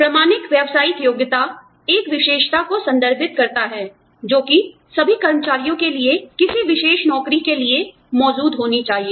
प्रामाणिक व्यावसायिक योग्यता एक विशेषता को संदर्भित करता है जोकि सभी कर्मचारियों के लिए किसी विशेष नौकरी के लिए मौजूद होनी चाहिए